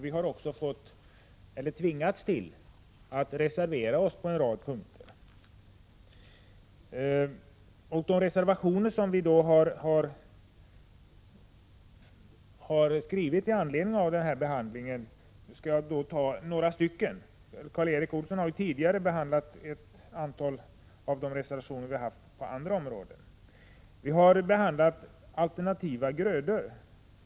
Vi har tvingats att reservera oss på en rad punkter. Av de reservationer som vi har skrivit i samband med utskottsbehandlingen skall jag ta upp några. Karl Erik Olsson har ju tidigare behandlat ett antal reservationer på andra områden. Vi har behandlat frågan om alternativa grödor.